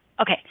Okay